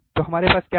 तो हमारे पास क्या है